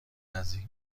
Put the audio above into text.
نزدیک